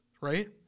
right